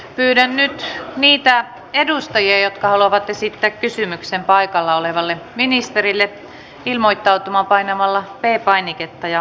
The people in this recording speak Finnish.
pyydän niitä edustajia jotka haluavat esittää kysymyksen paikalla olevalle ministerille ilmoittautumaan painamalla p painiketta ja nousemalla seisomaan